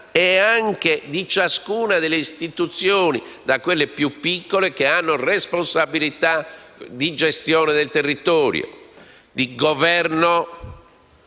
è anche di ciascuna delle istituzioni, a partire da quelle più piccole che hanno responsabilità di gestione del territorio, di governo